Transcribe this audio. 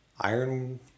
iron